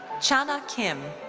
chana kim.